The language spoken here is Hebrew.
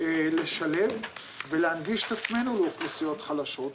לשלב ולהנגיש את עצמנו לאוכלוסיות חלשות.